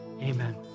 Amen